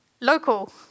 local